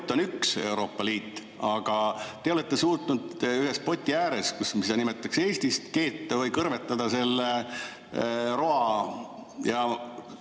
on üks, Euroopa Liit, olete teie suutnud ühes poti ääres, mida nimetatakse Eestiks, keeta või kõrvetada selle roa